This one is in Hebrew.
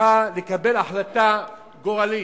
צריכה לקבל החלטה גורלית,